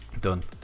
done